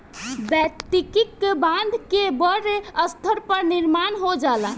वैयक्तिक ब्रांड के बड़ स्तर पर निर्माण हो जाला